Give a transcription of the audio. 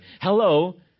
Hello